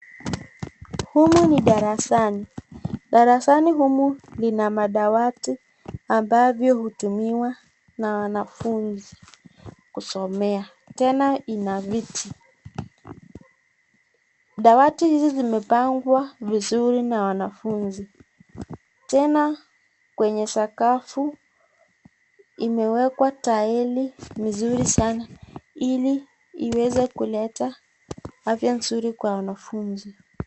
Humu ni darasani. Darasani humu lina madawati ambavyo hutumiwa na wanafunzi kusomea tena ina viti. Dawati hizi zimepangwa vizuri na wanfunzi. Tena kwenye sakafu imewekwa taeli nzuri sana ili iweze kuleta afya nzuri kwa wanafunzi.